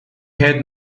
had